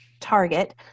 Target